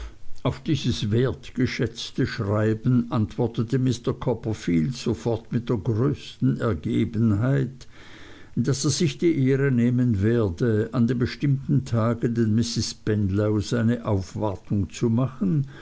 auf dieses wertgeschätzte schreiben antwortete mr copperfield sofort mit der größten ergebenheit daß er sich die ehre nehmen werde an dem bestimmten tag den misses spenlow seine aufwartung zu machen